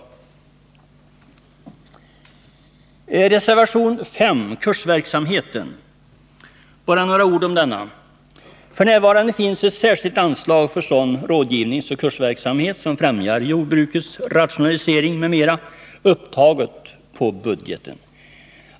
Beträffande reservation 5 om kursverksamheten skall jag bara säga några ord. F. n. finns ett särskilt anslag för sådan rådgivningsoch kursverksamhet som främjar jordbrukets rationalisering m.m. upptaget i budgeten.